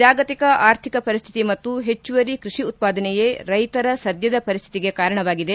ಜಾಗತಿಕ ಆರ್ಥಿಕ ಪರಿಸ್ಥಿತಿ ಮತ್ತು ಹೆಚ್ಚುವರಿ ಕೃಷಿ ಉತ್ಪಾದನೆಯೇ ರೈತರ ಸದ್ಯದ ಪರಿಸ್ಥಿತಿಗೆ ಕಾರಣವಾಗಿದೆ